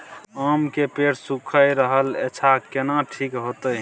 आम के पेड़ सुइख रहल एछ केना ठीक होतय?